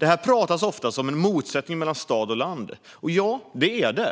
Man talar ofta om detta som en motsättning mellan stad och land. Och ja, det är det.